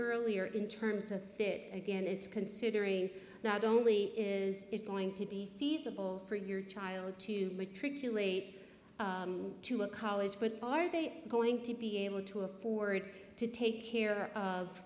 earlier in terms a bit again it's considering not only is it going to be feasible for your child to matriculate to a college but are they going to be able to afford to take here